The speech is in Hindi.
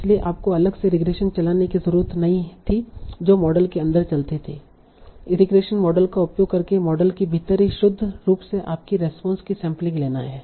इसलिए आपको अलग से रिग्रेशन चलाने की ज़रूरत नहीं थी जो मॉडल के अंदर चलती है रिग्रेशन मॉडल का उपयोग करके मॉडल के भीतर ही शुद्ध रूप से आपकी रेस्पोंस की सैंपलिंग लेना है